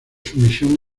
sumisión